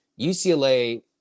UCLA